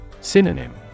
Synonym